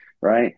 right